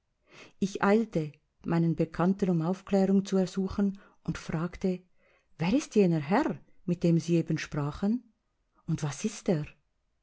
ich eilte meinen bekannten um aufklärung zu ersuchen und fragte wer ist jener herr mit dem sie eben sprachen und was ist er